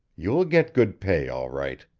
you will get good pay, all right.